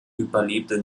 überlebte